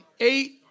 Eight